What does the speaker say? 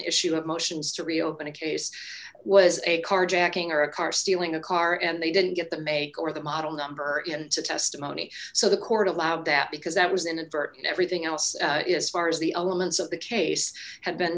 issue of motions to reopen a case was a carjacking or a car stealing a car and they didn't get the make over the model number and the testimony so the court allowed that because that was inadvertent everything else as far as the elements of the case had been